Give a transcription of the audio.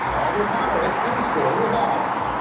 although accommodate each sporting events.